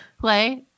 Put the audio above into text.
play